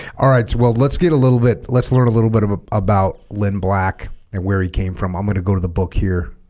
all right well let's get a little bit let's learn a little bit of about lynn black and where he came from i'm going to go to the book here